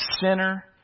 sinner